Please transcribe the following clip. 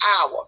hour